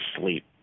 sleep